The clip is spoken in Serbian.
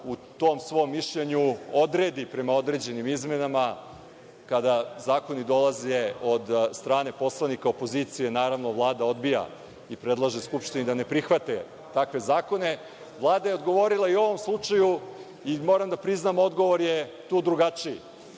u tom svom mišljenju odredi prema određenim izmenama. Kada zakoni dolaze od strane poslanika opozicije, Vlada odbija i predlaže Skupštini da ne prihvati takve zakone. Vlada je odgovorila i u ovom slučaju. Moram da priznam, odgovor je tu drugačiji